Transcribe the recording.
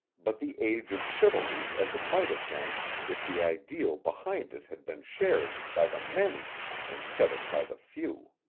but the age of chivalry as it might have been if the ideal behind it had been shared by the many instead of by the few